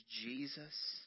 Jesus